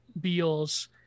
beals